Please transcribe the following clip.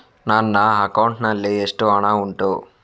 ನನ್ನ ಅಕೌಂಟ್ ನಲ್ಲಿ ಎಷ್ಟು ಹಣ ಉಂಟು?